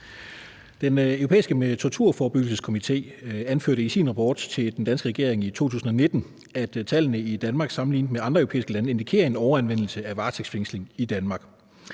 Den Europæiske Torturforebyggelseskomité anførte i sin rapport til den danske regering i 2019, at tallene i Danmark sammenlignet med andre europæiske lande indikerer en overanvendelse af varetægtsfængsling i Danmark.